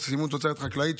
סימון תוצרת חקלאית,